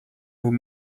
vous